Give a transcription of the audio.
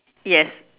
yes